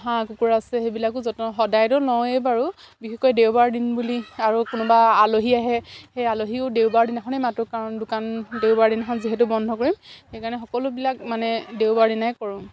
হাঁহ কুকুৰা আছে সেইবিলাকো যতন সদায়তো লওৱেই বাৰু বিশেষকৈ দেওবাৰ দিন বুলি আৰু কোনোবা আলহী আহে সেই আলহীও দেওবাৰ দিনাখনেই মাতোঁ কাৰণ দোকান দেওবাৰ দিনাখন যিহেতু বন্ধ কৰিম সেইকাৰণে সকলোবিলাক মানে দেওবাৰ দিনাই কৰোঁ